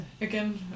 Again